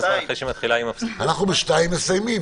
אנחנו ב-14:00 מסיימים.